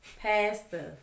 Pasta